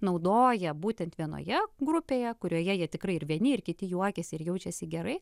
naudoja būtent vienoje grupėje kurioje jie tikrai ir vieni ir kiti juokiasi ir jaučiasi gerai